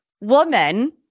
woman